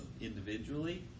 individually